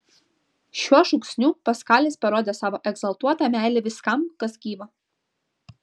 šiuo šūksniu paskalis parodė savo egzaltuotą meilę viskam kas gyva